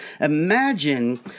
Imagine